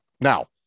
Now